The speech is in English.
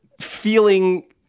feeling